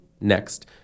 next